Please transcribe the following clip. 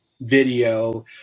video